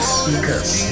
speakers